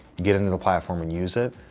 get into the platform and use it.